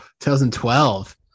2012